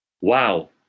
Wow